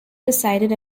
decided